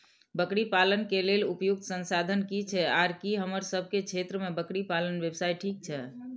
बकरी पालन के लेल उपयुक्त संसाधन की छै आर की हमर सब के क्षेत्र में बकरी पालन व्यवसाय ठीक छै?